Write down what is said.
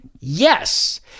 Yes